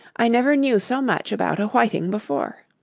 i never knew so much about a whiting before